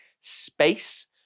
space